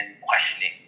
questioning